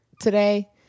today